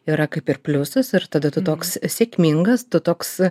yra kaip ir pliusus ir tada tu toks sėkmingas tu toks